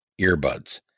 earbuds